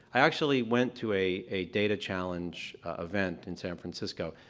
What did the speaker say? i actually went to a a data challenge event in san francisco.